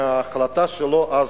מההחלטה שלו אז,